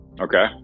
Okay